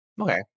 Okay